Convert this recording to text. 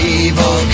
evil